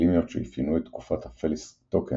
האקלימיות שאפיינו את תקופת הפליסטוקן,